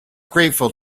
grateful